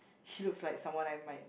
she looks like someone I might